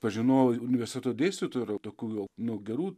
pažinojau universiteto dėstytojų ir jau tokių jau nu gerų